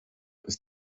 ist